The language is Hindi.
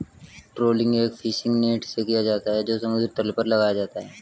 ट्रॉलिंग एक फिशिंग नेट से किया जाता है जो समुद्र तल पर लगाया जाता है